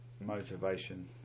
motivation